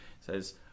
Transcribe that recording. says